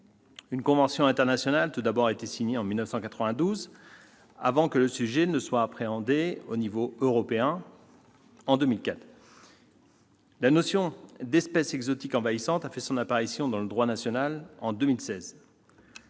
Une convention internationale a tout d'abord été signée en 1992, avant que le sujet ne soit appréhendé à l'échelon européen en 2004. La notion d'espèces exotiques envahissantes a fait son apparition dans le droit national en 2016.